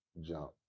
jump